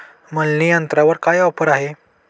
मळणी यंत्रावर काय ऑफर आहे?